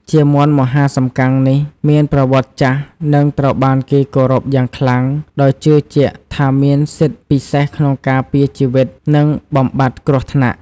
ជាមន្តមហាសំកាំងនេះមានប្រវត្តិចាស់ និងត្រូវបានគេគោរពយ៉ាងខ្លាំង ដោយជឿជាក់ថាមានសិទ្ធិពិសេសក្នុងការពារជីវិត និងបំបាត់គ្រោះថ្នាក់។